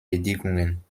bedingungen